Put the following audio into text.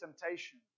temptation